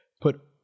put